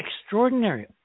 extraordinary